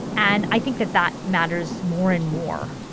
and i think that that matters more and more.